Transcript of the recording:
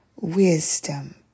wisdom